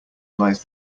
lies